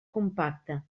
compacta